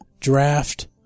Draft